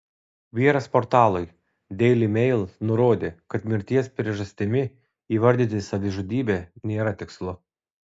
vyras portalui daily mail nurodė kad mirties priežastimi įvardyti savižudybę nėra tikslu